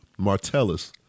Martellus